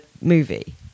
movie